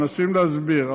מנסים להסביר,